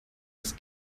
das